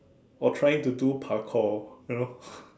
or trying to do parkour you know